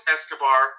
Escobar